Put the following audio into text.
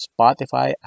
Spotify